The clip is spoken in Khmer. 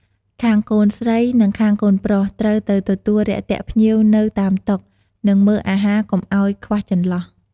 ខាងកូនស្រីនិងខាងកូនប្រុស ត្រូវទៅទទួលរាក់ទាក់ភ្ញៀវនៅតាមតុ និងមើលអាហារកុំអោយខ្វះចន្លោះ។